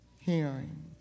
hearing